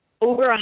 over